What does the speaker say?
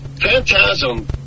Phantasm